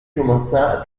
commença